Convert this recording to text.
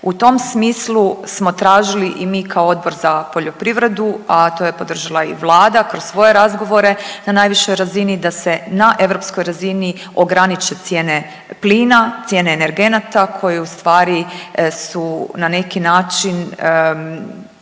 U tom smislu smo tražili i mi kao Odbor za poljoprivredu, a to je podržala i vlada kroz svoje razgovore na najvišoj razini da se na europskoj razini ograniče cijene plina, cijene energenata koje ustvari su na neki način